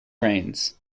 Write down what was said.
rains